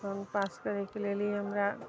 loan pass करायके लेली हमरा